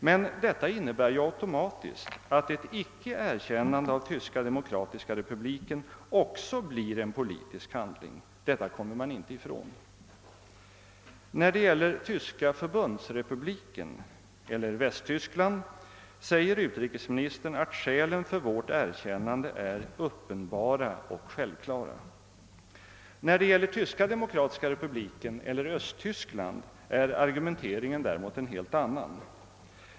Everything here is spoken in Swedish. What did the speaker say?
Men detta innebär ju automatiskt att ett icke erkännande av Tyska demokratiska republiken också blir en politisk handling. Detta kommer man inte ifrån. När det gäller Tyska förbundsrepubliken — eller Västtyskland — säger utrikesministern att skälen för vårt erkännande är »uppenbara och självklara». Beträffande Tyska demokratiska republiken — eller Östtyskland — är argumenteringen däremot en helt annan.